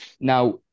Now